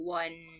one